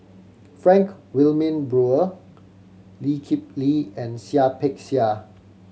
Frank Wilmin Brewer Lee Kip Lee and Seah Peck Seah